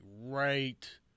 right –